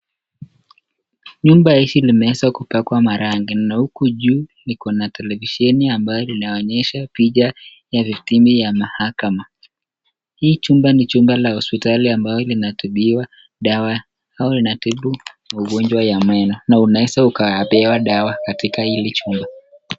Nyumba hii limeweza kupakwa marangi na huku juu liko na televisheni ambayo linaonyesha picha ya vitimbi ya mahakama. Hii chumba ni chumba la hospitali ambayo linatibiwa dawa au linatibu magonjwa ya meno na unaweza ukapewa dawa katika hili chumba.